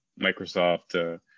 Microsoft